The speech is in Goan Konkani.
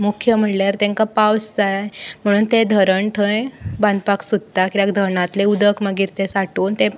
मुख्य म्हळ्यार तेंकां पावस जाय म्हणून ते धरण थंय बांदपाक सोदतात कित्याक धरणांतलें उदक मागीर ते सांठोवन ते